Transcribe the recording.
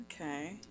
Okay